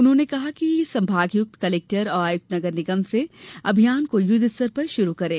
उन्होंने संभागायुक्त कलेक्टर और आयुक्त नगर निगम से कहा कि अभियान को युद्ध स्तर पर शुरू करें